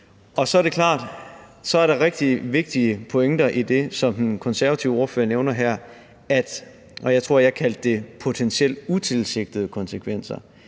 Så er det klart, at der er rigtig vigtige pointer i det, som den konservative ordfører nævner her. Jeg tror, at jeg kaldte det potentielt utilsigtede konsekvenser.